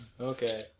Okay